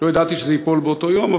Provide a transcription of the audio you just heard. לא ידעתי שזה ייפול באותו היום,